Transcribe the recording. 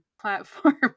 platform